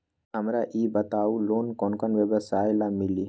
हमरा ई बताऊ लोन कौन कौन व्यवसाय ला मिली?